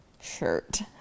shirt